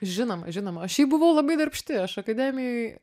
žinoma žinoma aš šiaip buvau labai darbšti aš akademijoj